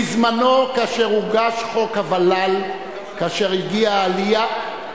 בזמנו, כאשר הוגש חוק הוול"ל, כאשר הגיעה העלייה,